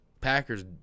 Packers